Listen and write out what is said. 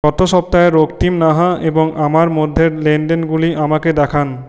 গত সপ্তাহে রক্তিম নাহা এবং আমার মধ্যের লেনদেনগুলি আমাকে দেখান